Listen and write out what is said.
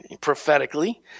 prophetically